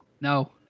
No